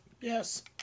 Yes